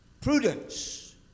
prudence